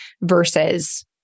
versus